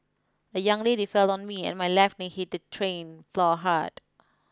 a young lady fell on me and my left knee hit the train floor hard